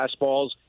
fastballs